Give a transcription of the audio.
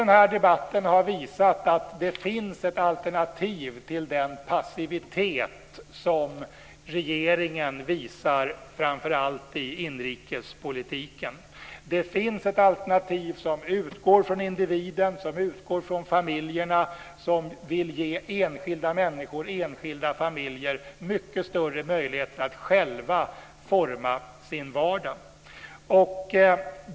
Den här debatten har visat att det finns ett alternativ till den passivitet som regeringen visar framför allt i inrikespolitiken. Det finns ett alternativ som utgår från individen och familjerna, som vill ge enskilda människor och enskilda familjer mycket större möjlighet att själva forma sin vardag.